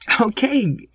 Okay